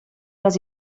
les